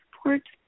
support